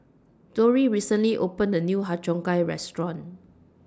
Dori recently opened The New Har Cheong Gai Restaurant